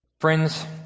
Friends